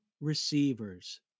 receivers